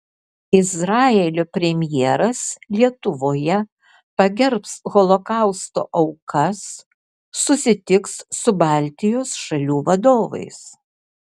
izraelio premjeras lietuvoje pagerbs holokausto aukas susitiks su baltijos šalių vadovais